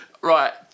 right